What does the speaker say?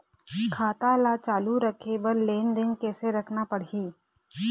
खाता ला चालू रखे बर लेनदेन कैसे रखना पड़ही?